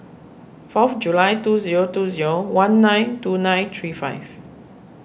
four of July two zero two zero one nine two nine three five